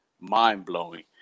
mind-blowing